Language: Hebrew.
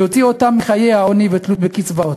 ויוציא אותם מחיי העוני והתלות בקצבאות.